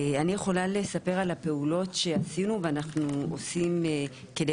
אני יכולה לספר על הפעולות שעשינו ואנחנו עושים כדי